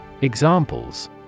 Examples